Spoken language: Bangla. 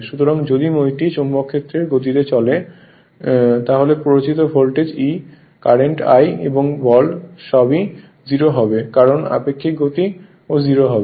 সুতরাং যদি মইটি চৌম্বক ক্ষেত্রের গতিতে চলে যায় তাহলে প্ররোচিত ভোল্টেজ E কারেন্ট I এবং বল সবই 0 হবে কারণ আপেক্ষিক গতি ও 0 হবে